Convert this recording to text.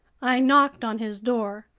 i knocked on his door.